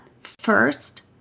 first